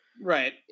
right